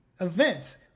event